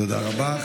תודה רבה.